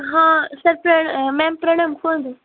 ହଁ ସାର୍ ପ୍ରଣାମ ମ୍ୟାମ୍ ପ୍ରଣାମ କୁହନ୍ତୁ